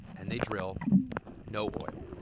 and they drill no oil.